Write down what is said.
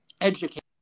educate